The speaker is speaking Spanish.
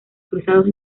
cruzados